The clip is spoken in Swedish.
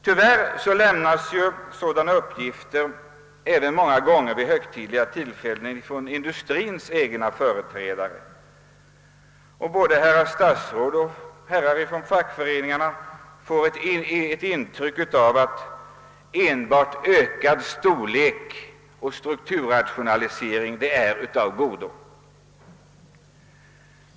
Tyvärr lämnas dylika uppgifter även vid många högtidliga tillfällen av industriens egna företrädare, och både herrar statsråd och herrar fackföreningsmän får därigenom intrycket att enbart ökad storlek och strukturrationalisering är av godo.